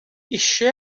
eisiau